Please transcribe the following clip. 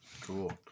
Cool